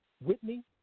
Whitney